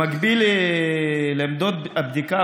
במקביל לעמדות הבדיקה,